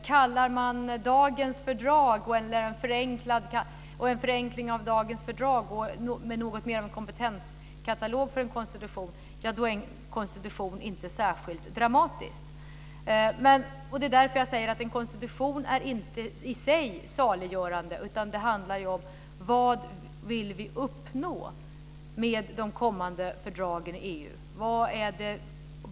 Kallar man dagens fördrag och en förenkling av dem samt något mer av en kompetenskatalog för en konstitution, är en konstitution inte särskilt dramatisk. Det är därför jag säger att en konstitution inte är saliggörande i sig, utan att det handlar om vad vi vill uppnå med de kommande fördragen i EU.